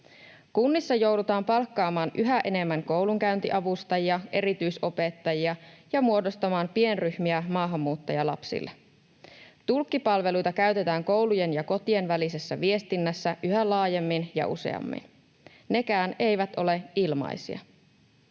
Kunnissa joudutaan palkkaamaan yhä enemmän koulunkäyntiavustajia ja erityisopettajia ja muodostamaan pienryhmiä maahanmuuttajalapsille. Tulkkipalveluita käytetään koulujen ja kotien välisessä viestinnässä yhä laajemmin ja useammin. Nekään eivät ole ilmaisia.